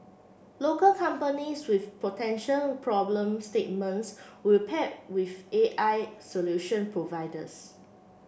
local companies with potential problem statements will pair with AI solution providers